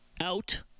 Out